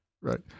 Right